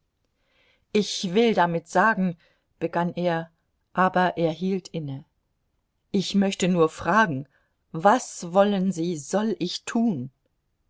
ich will damit sagen begann er aber er hielt inne ich möchte nur fragen was wollen sie soll ich tun